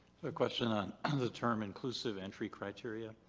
a question on and the term inclusive entry criteria,